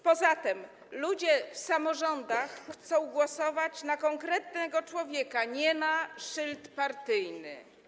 Poza tym ludzie w samorządach chcą głosować na konkretnego człowieka, a nie na szyld partyjny.